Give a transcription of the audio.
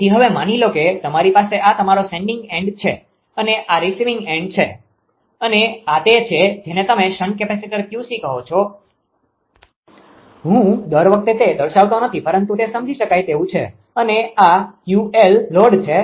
તેથી હવે માની લો કે તમારી પાસે આ તમારો સેન્ડીંગ એન્ડ છે અને આ રિસીવિંગ એન્ડ છે અને આ તે છે જેને તમે શન્ટ કેપેસિટર 𝑄𝐶 કહો છો હું દર વખતે તે દર્શાવતો નથી પરંતુ તે સમજી શકાય તેવું છે અને આ 𝑄𝑙લોડ છે